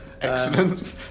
Excellent